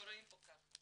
אנחנו רואים פה ככה,